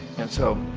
and so,